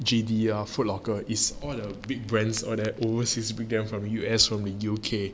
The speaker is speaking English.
J_D ah Foot Locker is all the big brands all that always use began from U_S from the U_K